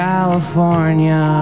California